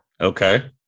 Okay